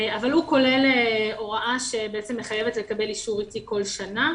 אבל הוא כולל הוראה שמחייבת לקבל אישור עתי כל שנה.